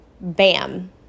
Bam